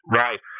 right